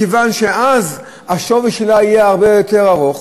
מכיוון שאז השווי שלה יהיה הרבה יותר גדול.